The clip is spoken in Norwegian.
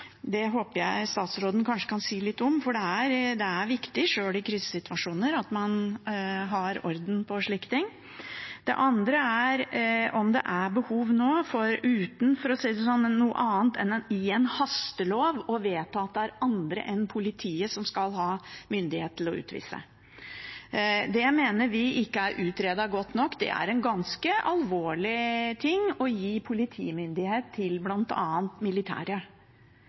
det håper jeg statsråden kanskje kan si litt om, for sjøl i krisesituasjoner er det viktig at man har orden på slike ting. Det andre er om det er behov nå for uten noe annet enn gjennom en hastelov å vedta at det er andre enn politiet som skal ha myndighet til å utvise. Det mener vi ikke er utredet godt nok. Det er ganske alvorlig ting å gi politimyndighet til